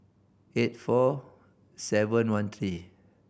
eight four seven one three